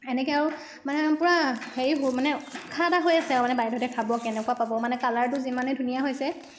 এনেকৈ আৰু মানে পূৰা হেৰি মানে উৎসাহ এটা হৈ আছে আৰু মানে বাইদেউহঁতে খাব কেনেকুৱ পাব মানে কালাৰটো যিমানে ধুনীয়া হৈছে